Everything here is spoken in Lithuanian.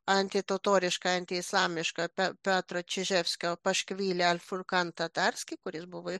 antitotorišką antiislamišką pe petrą čiževskio paškivi ilel funkan tatarski kuris buvo